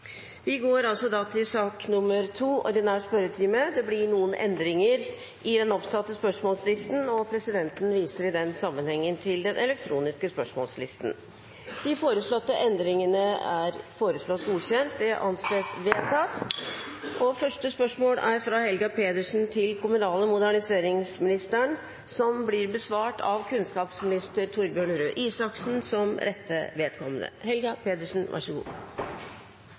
Det blir noen endringer i den oppsatte spørsmålslisten, og presidenten viser i den sammenheng til den elektroniske spørsmålslisten. De foreslåtte endringene i dagens spørretime foreslås godkjent. – Det anses vedtatt. Endringene var som følger: Spørsmål 1, fra representanten Helga Pedersen til kommunal- og moderniseringsministeren, vil bli besvart av kunnskapsministeren som rette vedkommende.